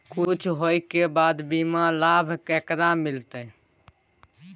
कुछ होय के बाद बीमा लाभ केकरा मिलते?